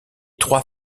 trois